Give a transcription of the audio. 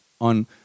on